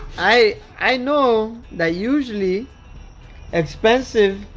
i i know that usually expensive